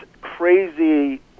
crazy